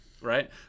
right